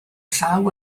llaw